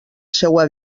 seua